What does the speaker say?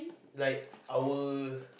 like our